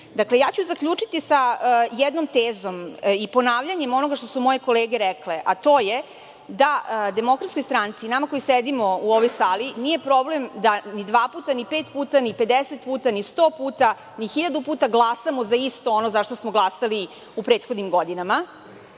bili rešeni. Zaključiću sa jednom tezom i ponavljanjem onoga što su moje kolege rekle, a to je da Demokratskoj stranci i nama koji sedimo u ovoj sali nije problem ni da dva puta, ni pet puta, ni pedeset puta, ni sto puta, ni hiljadu puta glasamo za isto ono za šta smo glasali u prethodnim godinama,